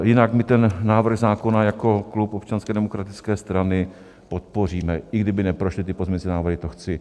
Jinak my ten návrh zákona jako klub Občanské demokratické strany podpoříme, i kdyby neprošly ty pozměňovací návrhy, to chci.